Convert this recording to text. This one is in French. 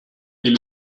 est